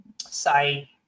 say